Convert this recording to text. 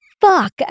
fuck